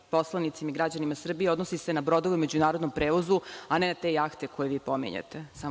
poslanicima i građanima Srbije odnosi se na brodove u međunarodnom prevozu, a ne na te jahte koje vi pominjete.